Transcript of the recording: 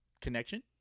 connection